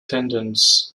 tendons